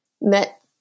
met